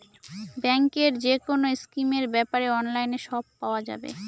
ব্যাঙ্কের যেকোনো স্কিমের ব্যাপারে অনলাইনে সব পাওয়া যাবে